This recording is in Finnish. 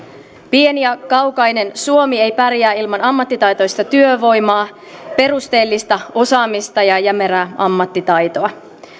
pieni ja kaukainen suomi ei pärjää ilman ammattitaitoista työvoimaa perusteellista osaamista ja jämerää ammattitaitoa